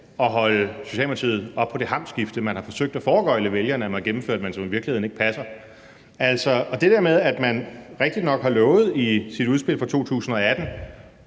at holde Socialdemokratiet op på det hamskifte, man har forsøgt at foregøgle vælgerne man har gennemført, men som i virkeligheden ikke passer. Det der med, at man har lovet i sit udspil fra 2018